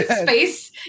space